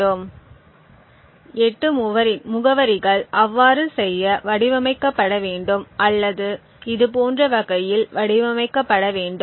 8 முகவரிகள் அவ்வாறு செய்ய வடிவமைக்கப்பட வேண்டும் அல்லது இதுபோன்ற வகையில் வடிவமைக்கப்பட வேண்டும்